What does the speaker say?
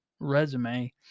resume